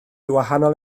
wahanol